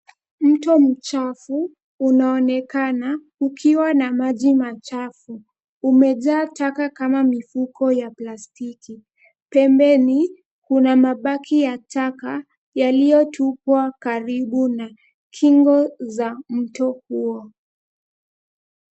Mto mchafu unaonekana ukiwa na maji machafu. Umejaa taka kama mifuko ya plastiki. Pembeni kuna mabaki ya taka yaliyotupwa karibu na kingo za mto huo.